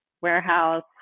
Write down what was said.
warehouse